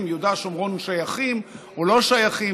ביהודה ושומרון שייכים או לא שייכים,